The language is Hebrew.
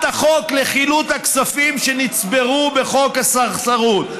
החוק לחילוט הכספים שנצברו בחוק הסרסרות.